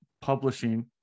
publishing